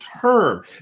term